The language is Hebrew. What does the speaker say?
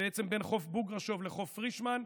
בעצם בין חוף בוגרשוב לחוף פרישמן.